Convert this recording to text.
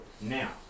Now